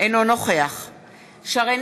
אינו נוכח מכלוף מיקי זוהר,